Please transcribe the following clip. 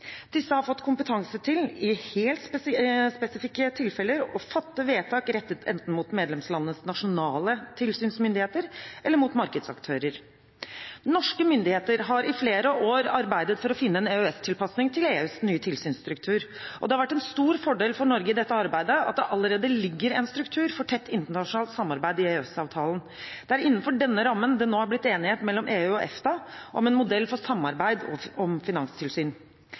Disse har fått kompetanse til i helt spesifikke tilfeller å fatte vedtak rettet enten mot medlemslandenes nasjonale tilsynsmyndigheter eller mot markedsaktører. Norske myndigheter har i flere år arbeidet for å finne en EØS-tilpasning til EUs nye tilsynsstruktur, og det har vært en stor fordel for Norge i dette arbeidet at det allerede ligger en struktur for tett internasjonalt samarbeid i EØS-avtalen. Det er innenfor denne rammen det nå er blitt enighet mellom EU og EFTA om en modell for samarbeid om finanstilsyn.